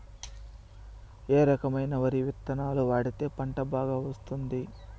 ఏ రకమైన వరి విత్తనాలు వాడితే పంట బాగా వస్తుంది?